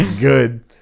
Good